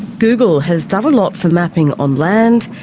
google has done a lot for mapping on land,